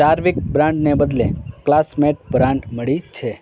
ચાર્વિક બ્રાંડને બદલે Classmate brand મળી છે